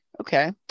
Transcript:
Okay